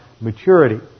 maturity